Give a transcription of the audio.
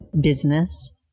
business